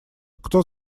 кто